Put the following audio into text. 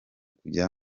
kujya